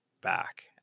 back